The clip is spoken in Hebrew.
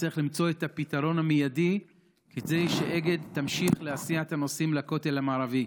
וצריך למצוא פתרון מיידי כדי שאגד תמשיך להסיע את הנוסעים לכותל המערבי.